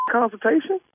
consultation